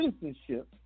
citizenship